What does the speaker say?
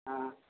ஆ